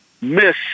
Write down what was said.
miss